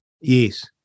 Yes